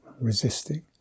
Resisting